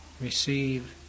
receive